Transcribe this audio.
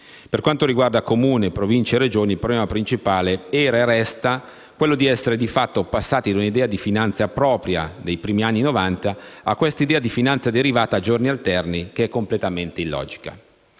Per quanto riguarda Comuni, Province e Regioni, il problema principale era e resta quello di essere, di fatto, passati dall'idea di finanza propria dei primi anni Novanta a questa idea di finanza derivata a giorni alterni, che è completamente illogica.